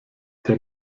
der